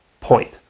point